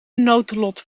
noodlot